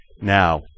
Now